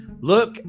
look